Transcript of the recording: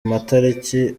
matariki